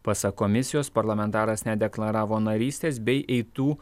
pasak komisijos parlamentaras nedeklaravo narystės bei eitų